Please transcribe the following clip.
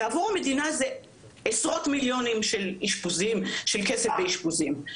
עבור המדינה זה עשרות מיליונים לכסף באשפוזים.